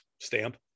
stamp